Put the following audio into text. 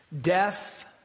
Death